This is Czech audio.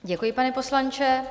Děkuji, pane poslanče.